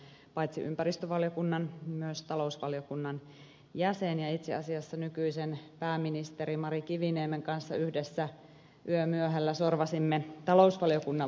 olin tuolloin paitsi ympäristövaliokunnan myös talousvaliokunnan jäsen ja itse asiassa nykyisen pääministeri mari kiviniemen kanssa yhdessä yömyöhällä sorvasimme talousvaliokunnan vastalausetta